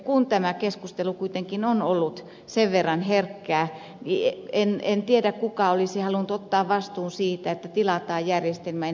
kun tämä keskustelu kuitenkin on ollut sen verran herkkää en tiedä kuka olisi halunnut ottaa vastuun siitä että tilataan järjestelmä ennen kuin asiasta on päätöksiä